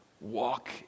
Walk